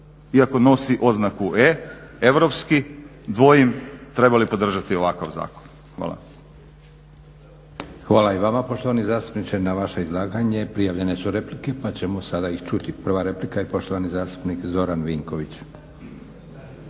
iako nosi oznaku E, europski dvojim trebali podržati ovakav zakona. Hvala. **Leko, Josip (SDP)** Hvala i vama poštovani zastupniče. Na vaše izlaganje prijavljene su replike pa ćemo sada ih čuti. Prva replika i poštovani zastupnik Zoran Vinković.